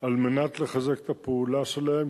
על מנת לחזק את הפעולה שלהם,